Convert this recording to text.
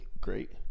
great